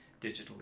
digitally